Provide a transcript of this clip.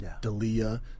Dalia